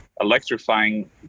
electrifying